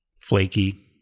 flaky